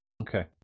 okay